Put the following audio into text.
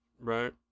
Right